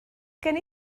gen